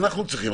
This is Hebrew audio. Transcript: אנחנו צריכים,